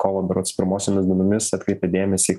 kovo berods pirmosiomis dienomis atkreipė dėmesį